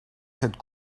cette